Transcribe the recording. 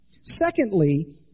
Secondly